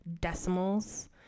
decimals